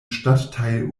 stadtteil